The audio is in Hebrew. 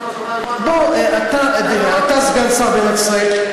אתה סגן שר במדינת ישראל,